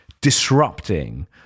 disrupting